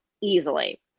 easily